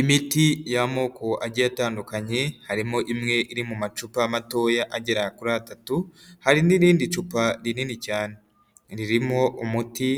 Imiti y'amoko agiye atandukanye harimo imwe iri mu macupa matoya agera kuri atatu hari n'irindi cupa rinini cyane, ririmo umuti